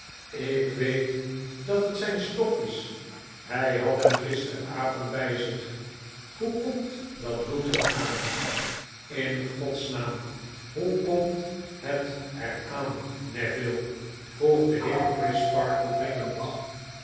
ik weet dat het zijn stok is hij had hem gisteravond bij zich hoe komt dat bloed er aan in gods naam hoe komt het er aan neville vroeg de heer crisparkle dringend